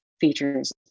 features